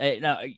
now